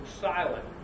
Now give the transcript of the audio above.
silent